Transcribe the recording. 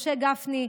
משה גפני,